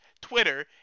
Twitter